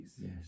yes